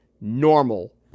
normal